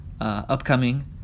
Upcoming